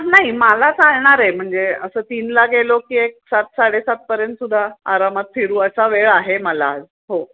नाही माला चालणार आहे म्हणजे असं तीनला गेलो की एक सात साडेसातपर्यंतसुद्धा आरामात फिरू असा वेळ आहे मला आज